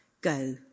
go